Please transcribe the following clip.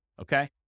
Okay